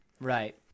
Right